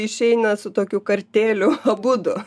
išeina tokiu kartėliu abudu